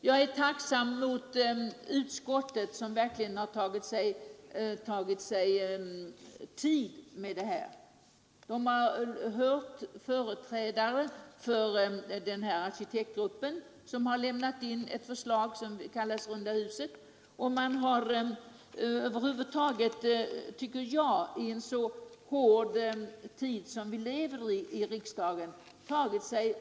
Jag är tacksam mot utskottet som verkligen tagit sig tid med ärendet. Utskottet har hört företrädare för den arkitektgrupp som lämnat in ett förslag som kallas runda huset och har över huvud taget lagt ned ordentligt med arbete på detta i den bråda tid riksdagen nu har.